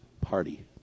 party